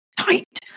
tight